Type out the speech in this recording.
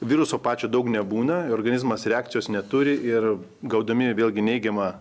viruso pačio daug nebūna organizmas reakcijos neturi ir gaudami vėlgi neigiamą